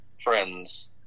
friends